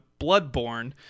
bloodborne